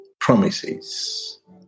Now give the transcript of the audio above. promises